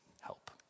help